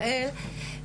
יעל,